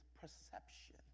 perception